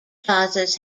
plazas